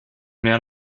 mehr